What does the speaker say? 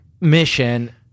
mission